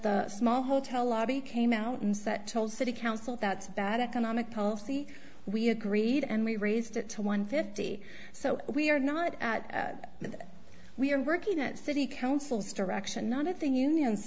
the small hotel lobby came out and that told city council that's a bad economic policy we agreed and we raised it to one fifty so we are not we are working that city councils direction not a thing union